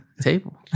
table